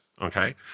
Okay